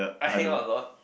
I hangout a lot